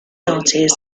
artists